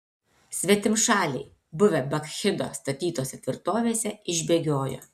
svetimšaliai buvę bakchido statytose tvirtovėse išbėgiojo